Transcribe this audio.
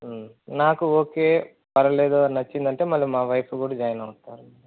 నాకు ఓకే పరవాలేదు నచ్చింది అంటే మళ్ళీ మా వైఫ్ కూడా జాయిన్ అవుతారు